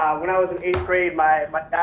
when i was in eighth grade my